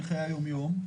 מחיי היום-יום,